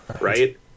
right